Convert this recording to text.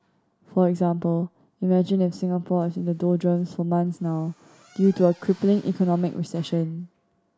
for example imagine if Singapore is in the doldrums for months now due to a crippling economic recession